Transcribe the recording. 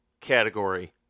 category